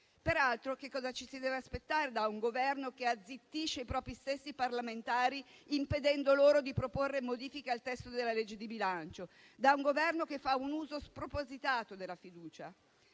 Peraltro, cosa ci si deve aspettare da un Governo che azzittisce i propri stessi parlamentari, impedendo loro di proporre modifiche al testo della legge di bilancio, e che fa un uso spropositato della fiducia?